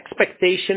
expectation